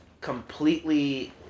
completely